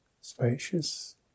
Spacious